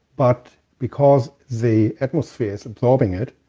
but because the atmosphere's absorbing it,